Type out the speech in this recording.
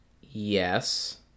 Yes